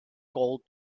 gold